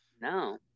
no